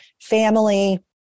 family